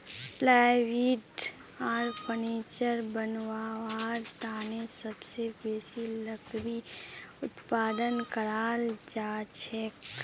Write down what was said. plywood आर furniture बनव्वार तने सबसे बेसी लकड़ी उत्पादन कराल जाछेक